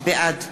בעד